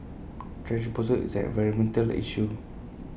thrash disposal is an environmental issue